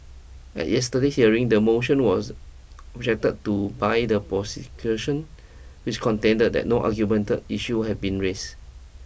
at yesterday hearing the motion was objected to by the prosecution which contended that no argument issues have been raised